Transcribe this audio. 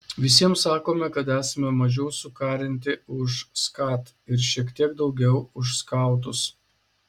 visiems sakome kad esame mažiau sukarinti už skat ir šiek tiek daugiau už skautus